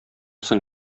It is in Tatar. соң